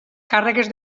càrregues